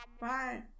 Bye